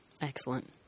Excellent